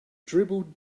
dribbled